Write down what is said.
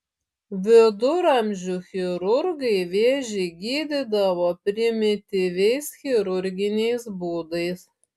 viduramžių chirurgai vėžį gydydavo primityviais chirurginiais būdais